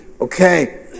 Okay